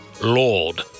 Lord